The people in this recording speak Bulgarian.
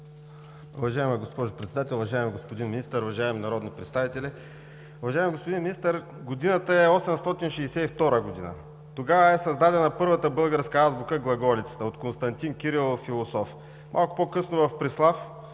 Уважаема госпожо Председател, уважаеми господин Министър, уважаеми народни представители! Уважаеми господин Министър, годината е 862 г. Тогава е създадена първата българска азбука – глаголицата, от Константин-Кирил Философ. Малко по-късно в Преслав